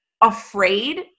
afraid